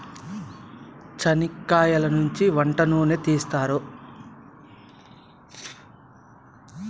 చనిక్కయలనుంచి వంట నూనెను తీస్తారు